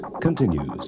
continues